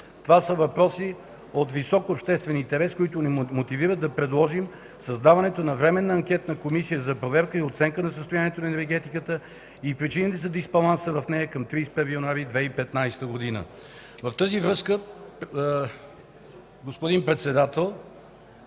Това са въпроси от висок обществен интерес, които ни мотивират да предложим създаването на Временна анкетна комисия за проверка и оценка на състоянието на енергетиката и причините за дисбаланса в нея към 31 януари 2015 г.” В тази връзка, господин Председател,